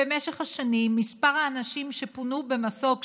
שבמהלך השנים מספר האנשים שפונו במסוק,